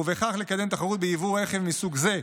ובכך לקדם תחרות ביבוא רכב מסוג זה.